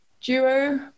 duo